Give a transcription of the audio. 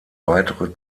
weitere